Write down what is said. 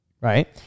right